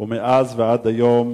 ומאז ועד היום